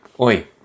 oi